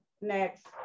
next